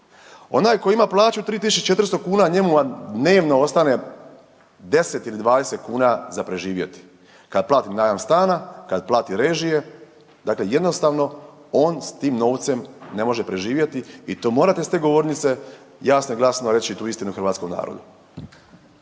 Onaj koji ima plaću 3.400 kuna njemu vam dnevno ostane 10 ili 20 kuna za preživjeti, kad plati najam stana, kad plati režije, dakle jednostavno on s tim novcem ne može preživjeti i to morate s te govornice jasno i glasno reći tu istinu hrvatskom narodu.